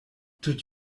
told